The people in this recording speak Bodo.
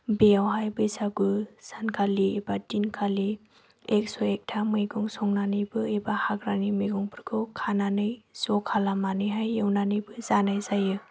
बेयावहाय बैसागु सानखालि एबा दिनखालि एकस' एकथा मैगं संनानैबो एबा हाग्रानिबो मैगंफोरखौ खानानै ज' खालामनानैहाय एवनानैबो जानाय जायो